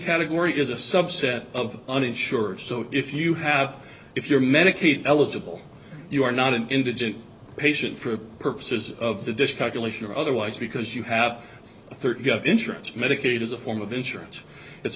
category is a subset of uninsured so if you have if your medicaid eligible you are not an indigent patient for purposes of the discussion leash or otherwise because you have thirty you have insurance medicaid is a form of insurance it's